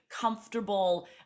comfortable